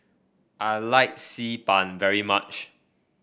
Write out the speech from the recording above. I like Xi Ban very much